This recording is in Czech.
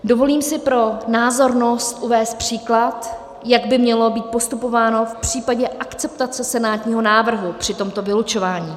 Dovolím si pro názornost uvést příklad, jak by mělo být postupováno v případě akceptace senátního návrhu při tomto vylučování.